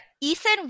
Ethan